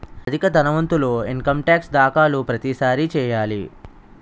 అధిక ధనవంతులు income tax దాఖలు ప్రతిసారి చేయాలి